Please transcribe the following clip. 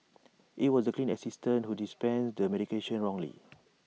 IT was the clinic assistant who dispensed the medication wrongly